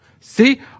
See